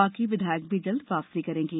बाकी विधायक भी जल्द वापसी करेंगे